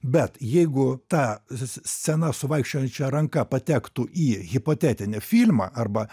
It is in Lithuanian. bet jeigu ta scena su vaikščiojančia ranka patektų į hipotetinį filmą arba